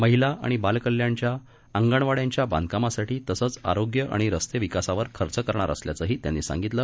महिलाआणिबालकल्याणच्याअंगणवाड्यांच्याबांधकामासाठी तसंचआरोग्यआणिरस्तेविकासावरखर्चकरणारअसल्याचंहीत्यांनीसांगितलं